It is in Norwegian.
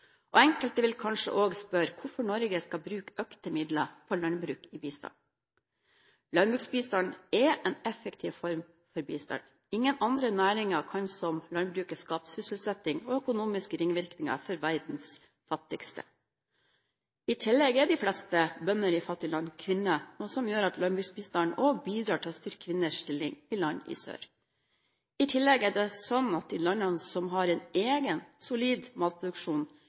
bistand. Enkelte vil kanskje også spørre hvorfor Norge skal bruke økte midler på landbruk i bistanden. Landbruksbistand er en effektiv form for bistand. Ingen andre næringer kan som landbruket skape sysselsetting og økonomiske ringvirkninger for verdens fattigste. I tillegg er de fleste bønder i fattige land kvinner, noe som gjør at landbruksbistand også bidrar til å styrke kvinners stilling i land i sør. I tillegg er det sånn at de landene som har en egen, solid matproduksjon,